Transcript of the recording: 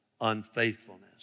unfaithfulness